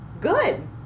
good